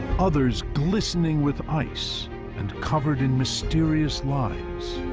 others glistening with ice and covered in mysterious lines,